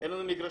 אין לנו מגרשים,